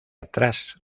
atrás